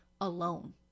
alone